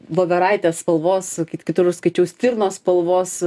voveraitės spalvos kaip kitur skaičiau stirnos spalvos